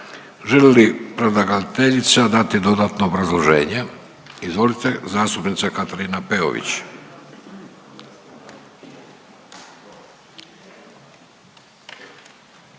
Želi li predlagateljica dati dodatno obrazloženje? Izvolite, zastupnica Katarina Peović.